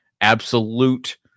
absolute